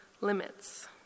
limits